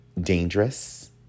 dangerous